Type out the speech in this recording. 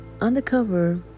undercover